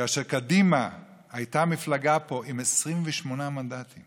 כאשר קדימה הייתה מפלגה עם 28 מנדטים